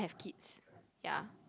kids ya